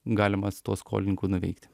galima su tuo skolininkų nuveikti